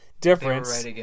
difference